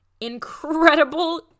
incredible